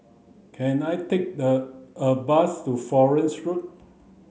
can I take the a bus to Florence Road